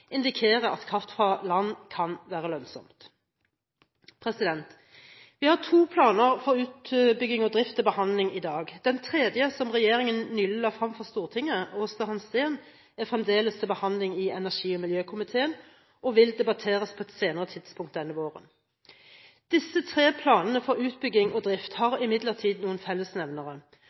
at kraft fra land kan være lønnsomt. Vi har to planer for utbygging og drift til behandling i dag. Den tredje, som regjeringen nylig la frem for Stortinget, om Aasta Hansteen-feltet, er fremdeles til behandling i energi- og miljøkomiteen, og vil debatteres på et senere tidspunkt denne våren. Disse tre planene for utbygging og drift har imidlertid noen fellesnevnere,